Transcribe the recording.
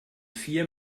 vier